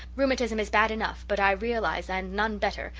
rheumatism is bad enough but i realize, and none better,